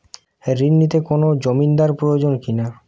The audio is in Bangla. ঋণ নিতে কোনো জমিন্দার প্রয়োজন কি না?